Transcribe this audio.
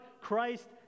Christ